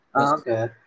Okay